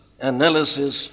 analysis